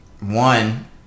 one